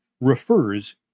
refers